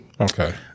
Okay